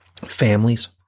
families